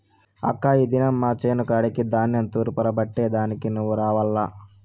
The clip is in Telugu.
అక్కా ఈ దినం మా చేను కాడికి ధాన్యం తూర్పారబట్టే దానికి నువ్వు రావాల్ల